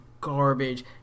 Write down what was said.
garbage